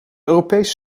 europese